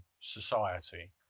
society